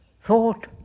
Thought